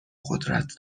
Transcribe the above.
قدرت